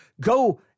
Go